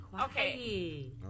okay